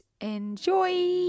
Enjoy